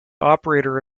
operator